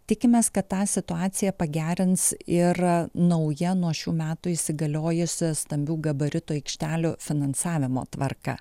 tikimės kad tą situaciją pagerins ir nauja nuo šių metų įsigaliojusias stambių gabaritų aikštelių finansavimo tvarka